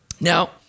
Now